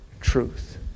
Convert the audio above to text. truth